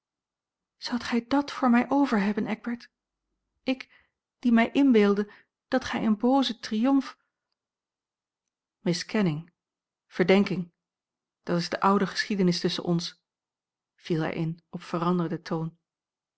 zoudt gij dàt voor mij over hebben eckbert ik die mij inbeeldde dat gij in boozen triomf a l g bosboom-toussaint langs een omweg miskenning verdenking dat is de oude geschiedenis tusschen ons viel hij in op veranderden toon